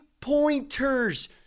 pointers